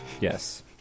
Yes